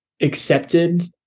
accepted